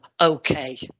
okay